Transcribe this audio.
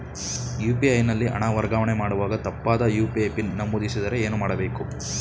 UPI ನಲ್ಲಿ ಹಣ ವರ್ಗಾವಣೆ ಮಾಡುವಾಗ ತಪ್ಪಾದ ಯು.ಪಿ.ಐ ಪಿನ್ ನಮೂದಿಸಿದರೆ ಏನು ಮಾಡಬೇಕು?